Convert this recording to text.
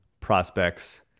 prospects